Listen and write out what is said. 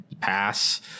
pass